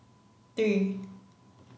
three